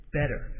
better